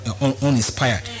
uninspired